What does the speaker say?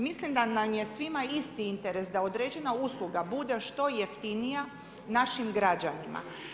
Mislim da nam je svima isti interes da određena usluga bude što jeftinija našim građanima.